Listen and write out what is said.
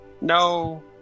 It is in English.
No